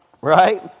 right